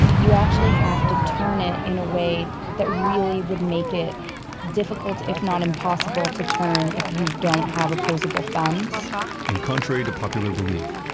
you actually have to turn it in a way that really would make it difficult, if not impossible to turn if you don't have opposable thumbs and contrary to popular belief,